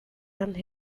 and